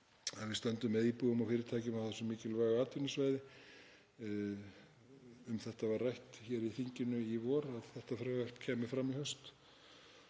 að við stöndum með íbúum og fyrirtækjum á þessu mikilvæga atvinnusvæði. Um það var rætt hér í þinginu í vor að þetta frumvarp kæmi fram í haust.